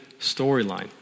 storyline